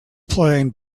playing